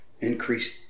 increased